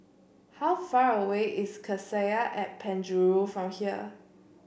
how far away is Cassia at Penjuru from here